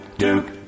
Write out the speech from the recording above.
duke